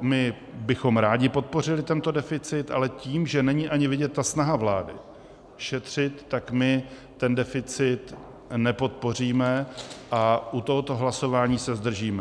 my bychom rádi podpořili tento deficit, ale tím, že není ani vidět snaha vlády šetřit, tak my ten deficit nepodpoříme a u tohoto hlasování se zdržíme.